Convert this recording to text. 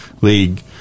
league